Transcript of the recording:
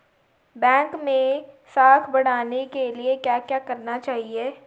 Bank मैं साख बढ़ाने के लिए क्या क्या करना चाहिए?